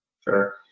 Sure